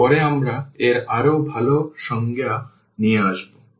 এবং পরে আমরা এর আরও ভাল সংজ্ঞা নিয়ে আসব